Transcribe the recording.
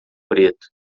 preto